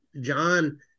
John